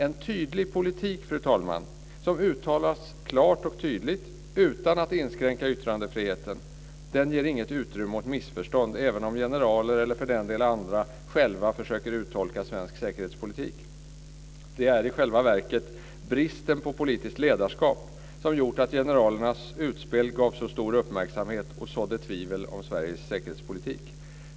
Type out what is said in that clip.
En tydlig politik, fru talman, som uttalas klart och tydligt utan att inskränka yttrandefriheten ger inget utrymme åt missförstånd, även om generaler, eller för den delen andra, själva försöker uttolka svensk säkerhetspolitik. Det är i själva verket bristen på politiskt ledarskap som gjort att generalernas utspel fick så stor uppmärksamhet och sådde tvivel om Sveriges säkerhetspolitik.